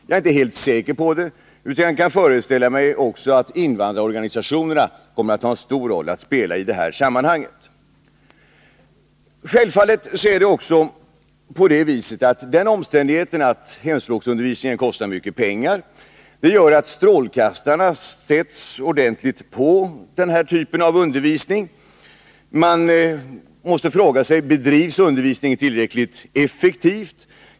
Jag är inte helt säker på det utan kan föreställa mig att också invandrarorganisationerna kommer att ha en stor roll att spela i detta sammanhang. Självfallet är det också på det viset att den omständigheten att hemspråksundervisningen kostar mycket pengar gör att strålkastarna sätts ordentligt på den här typen av undervisning. Man måste fråga sig: Bedrivs undervisningen tillräckligt effektivt?